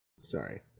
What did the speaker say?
Sorry